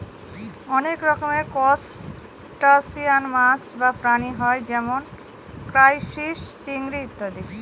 অনেক রকমের ত্রুসটাসিয়ান মাছ বা প্রাণী হয় যেমন ক্রাইফিষ, চিংড়ি ইত্যাদি